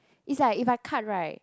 is like if I cut right